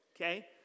okay